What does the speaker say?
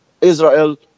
Israel